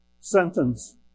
sentence